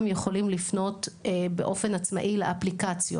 יכולים לפנות באופן עצמאי לאפליקציות.